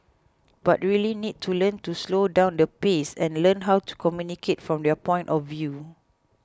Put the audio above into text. but really need to learn to slow down the pace and learn how to communicate from your point of view